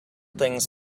things